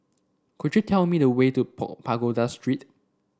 could you tell me the way to pool Pagoda Street